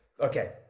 okay